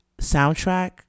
soundtrack